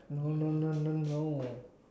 no no no no no